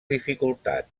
dificultat